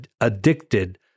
addicted